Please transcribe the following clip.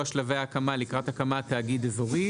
שלבי ההקמה לקראת הקמת תאגיד אזורי,